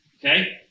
Okay